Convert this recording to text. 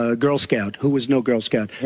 ah girl scout, who was no girl scout.